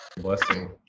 Blessing